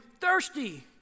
thirsty